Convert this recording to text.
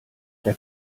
der